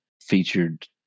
featured